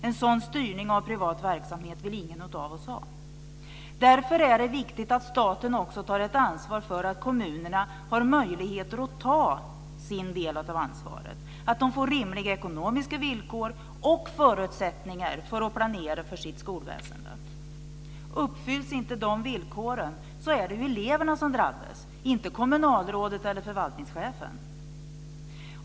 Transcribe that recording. En sådan styrning av privat verksamhet vill ingen ha. Därför är det viktigt att staten tar ansvar för att kommunerna ska ha möjlighet att ta sin del av ansvaret, dvs. att de får rimliga ekonomiska villkor och förutsättningar för att planera för sitt skolväsende. Uppfylls inte de villkoren är det eleverna som drabbas - inte kommunalrådet eller förvaltningschefen.